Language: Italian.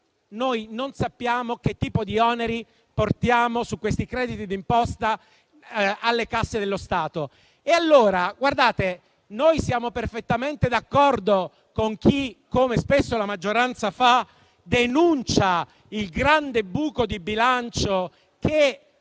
noi non sappiamo che tipo di oneri portiamo con questi crediti di imposta sulle casse dello Stato. Siamo perfettamente d'accordo con chi denuncia, come spesso la maggioranza fa, il grande buco di bilancio che